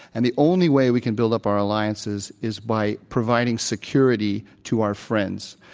and the only way we can build up our alliances is by providing security to our friends.